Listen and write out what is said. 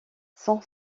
son